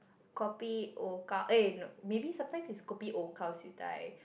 kopi O gao eh no maybe sometimes it's kopi O gao siew dai